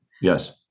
Yes